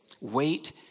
Wait